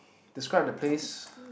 describe the place